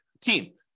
team